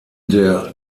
der